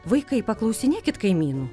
vaikai paklausinėkit kaimynų